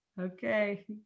Okay